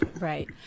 Right